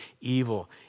evil